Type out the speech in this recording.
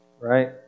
right